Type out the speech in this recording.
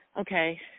Okay